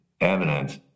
evidence